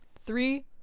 three